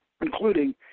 including